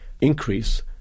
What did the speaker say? increase